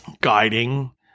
guiding